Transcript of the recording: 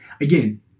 again